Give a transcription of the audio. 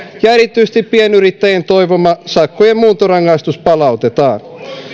ja erityisesti pienyrittäjien toivoma sakkojen muuntorangaistus palautetaan